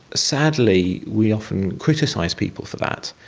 sadly, we often criticise people for that,